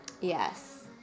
Yes